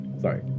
sorry